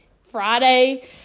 Friday